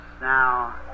now